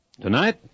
Tonight